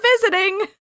visiting